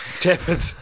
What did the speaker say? Tepid